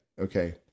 Okay